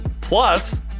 Plus